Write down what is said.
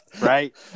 right